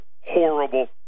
horrible